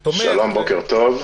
בוקר טוב.